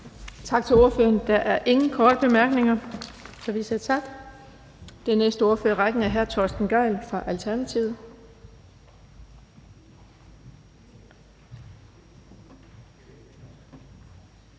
Tak til ordføreren. Der er ingen korte bemærkninger, så vi siger tak. Den næste ordfører i rækken er hr. Henrik Frandsen fra Moderaterne.